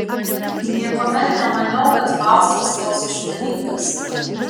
niekuomet nemaniau kad faustas toks išmaningas